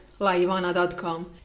laivana.com